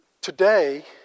Today